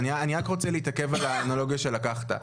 אני רק רוצה להתעכב על האנלוגיה שציינת.